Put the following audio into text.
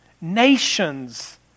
Nations